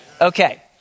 okay